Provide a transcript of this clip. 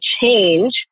change